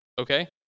okay